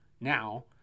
now